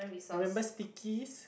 remember stickies